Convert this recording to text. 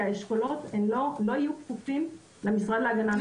כי האשכולות לא יהיו כפופים למשרד להגנת הסביבה.